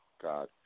God